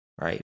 right